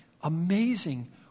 amazing